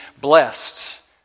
blessed